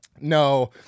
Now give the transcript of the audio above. No